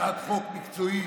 הצעת חוק מקצועית,